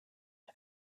and